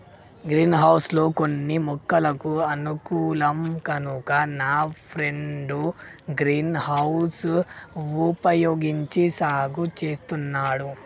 green house లో కొన్ని మొక్కలకు అనుకూలం కనుక నా ఫ్రెండు గ్రీన్ హౌస్ వుపయోగించి సాగు చేస్తున్నాడు